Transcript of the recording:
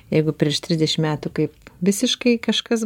jeigu prieš trisdešim metų kaip visiškai kažkas